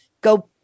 go